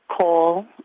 coal